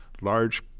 large